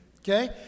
okay